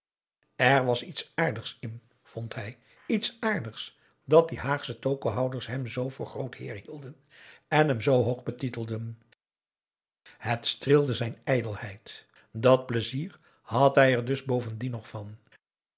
er was iets aardigs in vond hij iets aardigs dat die haagsche tokohouders hem voor zoo'n groot heer hielden en hem zoo hoog betitelden het streelde zijn ijdelheid dat pleizier had hij er dus bovendien nog van